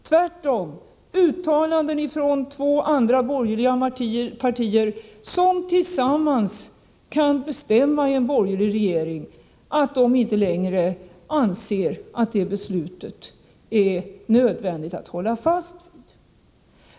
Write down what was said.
Tvärtom förekommer helt andra uttalanden från två andra borgerliga partier som tillsammans kan bestämma — i en borgerlig regering — att de inte längre anser det nödvändigt att hålla fast vid det beslutet.